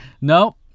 No